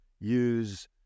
use